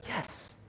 Yes